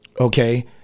Okay